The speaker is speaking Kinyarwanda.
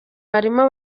barimo